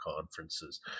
conferences